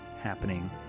happening